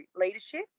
Leadership